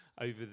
over